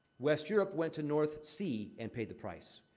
west europe went to north sea and paid the price.